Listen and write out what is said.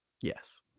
Yes